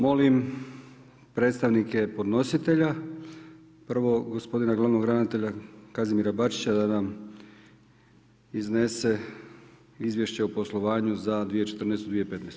Molim predstavnike podnositelja, prvo gospodina glavnog ravnatelja Kazimira Bačića, da nam iznese Izvješće o poslovanju za 2014./2015.